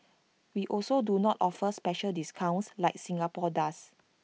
we also do not offer special discounts like Singapore does